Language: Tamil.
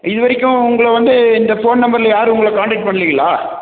இது வரைக்கும் உங்களை வந்து இந்த ஃபோன் நம்பரில் யாரும் உங்களை கான்டாக்ட் பண்லைங்களா